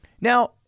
Now